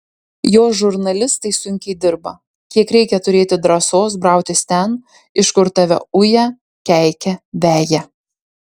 jos žurnalistai sunkiai dirba kiek reikia turėti drąsos brautis ten iš kur tave uja keikia veja